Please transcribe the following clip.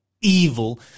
evil